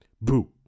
Boo